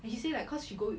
she say like cause she go